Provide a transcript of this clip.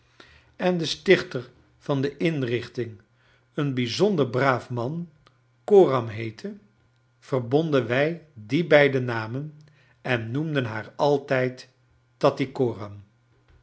charles dickens d stichter van de inrichting een bijzonder braaf man coram heette verbonden wij die beide namen en noemden haar altiid tattycoram